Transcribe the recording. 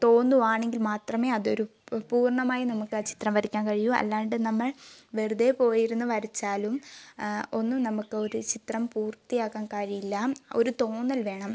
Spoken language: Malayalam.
തോന്നുകയാണെങ്കിൽ മാത്രമേ അതൊരു പൂർണ്ണമായും നമുക്ക് ആ ചിത്രം വരയ്ക്കാൻ കഴിയൂ അല്ലാണ്ട് നമ്മൾ വെറുതെ പോയിരുന്ന് വരച്ചാലും ഒന്നും നമുക്ക് ഒരു ചിത്രം പൂർത്തിയാക്കാൻ കഴിയില്ല ഒരു തോന്നൽ വേണം